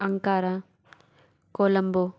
Ankara Colombo